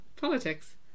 Politics